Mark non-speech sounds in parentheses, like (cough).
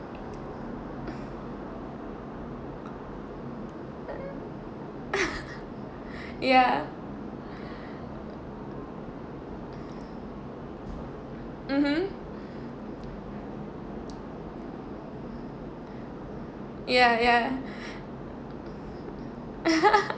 (laughs) ya mmhmm ya ya (laughs)